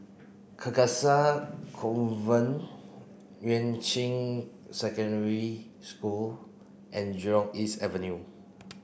Carcasa Convent Yuan Ching Secondary School and Jurong East Avenue